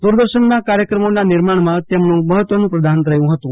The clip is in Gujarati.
દ્વરદર્શનમાં કાર્યક્રમોમાં નિર્માણમાં તેમણે મહત્વનું પ્રદાન કર્યું હતું